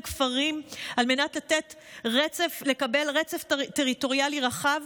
כפרים על מנת לקבל רצף טריטוריאלי רחב,